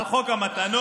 על חוק המתנות,